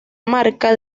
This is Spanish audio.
marca